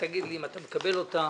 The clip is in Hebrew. תגיד לי אם אתה מקבל אותה